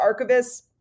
archivists